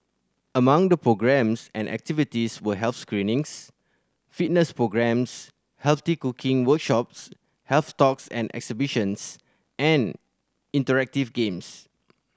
among the programmes and activities were health screenings fitness programmes healthy cooking workshops health talks and exhibitions and interactive games